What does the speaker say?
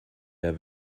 der